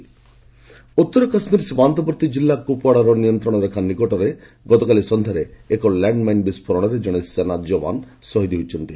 JK jawan killed ଉତ୍ତର କାଶ୍ମୀର ସୀମାନ୍ତବର୍ତ୍ତୀ ଜିଲ୍ଲା କୁପୱାଡ଼ାର ନିୟନ୍ତ୍ରଣରେଖା ନିକଟରେ ଗତକାଲି ସନ୍ଧ୍ୟାରେ ଏକ ଲ୍ୟାଣ୍ଡ୍ମାଇନ୍ ବିସ୍ଫୋରଣରେ ଜଣେ ସେନା ଯବାନ ଶହୀଦ ହୋଇଛନ୍ତି